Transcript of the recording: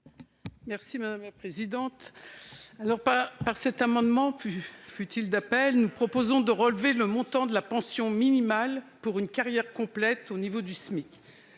Mme Raymonde Poncet Monge. Par cet amendement, fût-il d'appel, nous proposons de relever le montant de la pension minimale pour une carrière complète au niveau du SMIC.